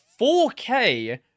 4k